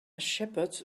shepherd